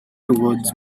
towards